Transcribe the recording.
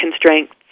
constraints